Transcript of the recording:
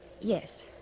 Yes